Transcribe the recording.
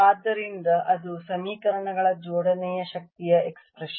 ಆದ್ದರಿಂದ ಅದು ಸಮೀಕರಣಗಳ ಜೋಡಣೆಯ ಶಕ್ತಿಯ ಎಕ್ಸ್ಪ್ರೆಶನ್